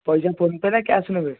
ପଇସା PhonePe ନା cash ନେବେ